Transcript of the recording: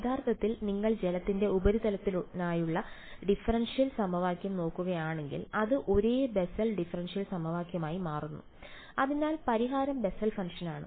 യഥാർത്ഥത്തിൽ നിങ്ങൾ ജലത്തിന്റെ ഉപരിതലത്തിനായുള്ള ഡിഫറൻഷ്യൽ സമവാക്യം നോക്കുകയാണെങ്കിൽ അത് ഒരേ ബെസൽ ഡിഫറൻഷ്യൽ സമവാക്യമായി മാറുന്നു അതിനാൽ പരിഹാരം ബെസൽ ഫംഗ്ഷനാണ്